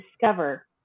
discover